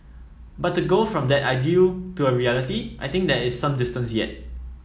but to go from that ideal to a reality I think there is some distance yet